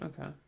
Okay